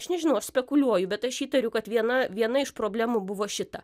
aš nežinau aš spekuliuoju bet aš įtariu kad viena viena iš problemų buvo šita